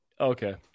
Okay